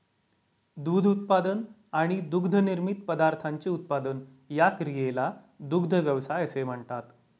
दूध उत्पादन आणि दुग्धनिर्मित पदार्थांचे उत्पादन या क्रियेला दुग्ध व्यवसाय असे म्हणतात